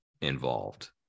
involved